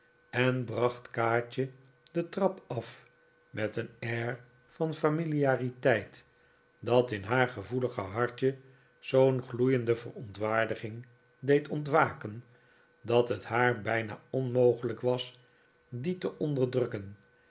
en bracht kaatje de trap af met een air van familiariteit dat in haar gevoelige hartje zoo'n gloeiende verontwaardiging deed ontwaken dat het haar bijna onmogelijk was die te onderdrukken